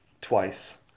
twice